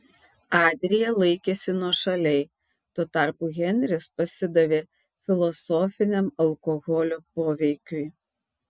adrija laikėsi nuošaliai tuo tarpu henris pasidavė filosofiniam alkoholio poveikiui